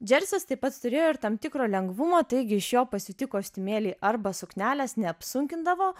džersis taip pat turėjo ir tam tikro lengvumo taigi iš jo pasiūti kostiumėliai arba suknelės neapsunkindavo